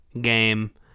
game